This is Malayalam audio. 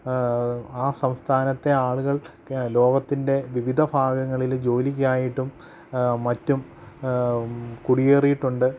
ആ സംസ്ഥാനത്തെ ആളുകൾ ലോകത്തിൻ്റെ വിവിധ ഭാഗങ്ങളില് ജോലിക്കായിട്ടും മറ്റും കുടിയേറിയിട്ടുണ്ട്